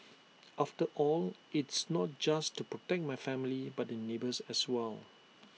after all it's not just to protect my family but the neighbours as well